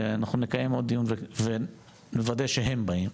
אנחנו נקיים עוד דיון ונוודא שהם באים.